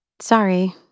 Sorry